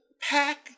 pack